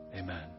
Amen